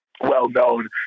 well-known